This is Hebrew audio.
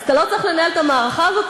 אז אתה לא צריך לנהל את המערכה הזאת?